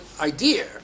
idea